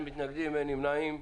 אין מתנגדים, אין נמנעים.